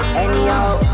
anyhow